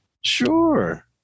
Sure